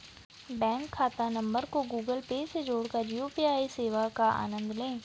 bank खाता नंबर को गूगल पे से जोड़कर यू.पी.आई सेवा का आनंद लें